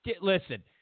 listen